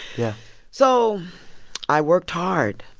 yeah so i worked hard.